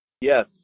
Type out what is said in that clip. Yes